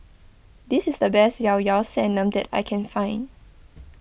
this is the best Liao Liao Sanum that I can find